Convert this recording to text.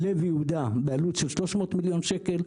לב יהודה בעלות של 300 מיליון שקל.